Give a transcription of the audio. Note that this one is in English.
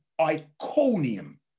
Iconium